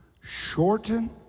shorten